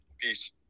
peace